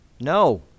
No